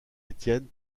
étienne